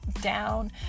down